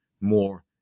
more